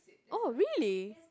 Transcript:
oh really